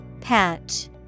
Patch